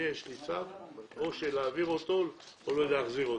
לי יש צו, או שאני מעביר אותו או שאני מחזיר אותו.